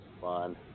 fun